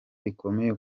bikomeye